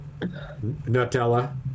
Nutella